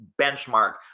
benchmark